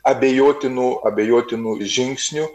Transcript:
abejotinų abejotinų žingsnių